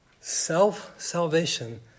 Self-salvation